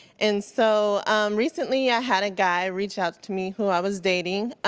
and so recently, i had a guy reach out to me, who i was dating,